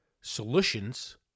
solutions